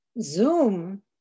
Zoom